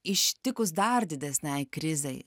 ištikus dar didesnei krizei